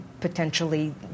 potentially